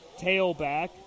tailback